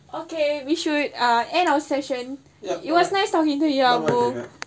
okay we should uh and our session ya it was nice talking to you poor